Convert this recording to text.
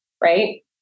right